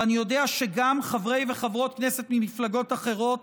ואני יודע שגם עבור חברי וחברות כנסת ממפלגות אחרות